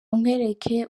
nkwereke